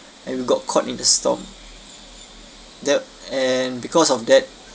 and we got caught in the storm that and because of that